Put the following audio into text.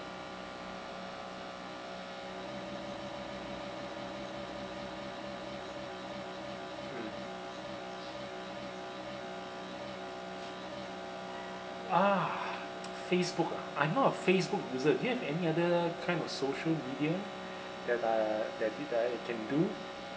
ah Facebook ah I'm not a Facebook user do you have any other kind of social media that uh that I can do